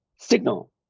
signal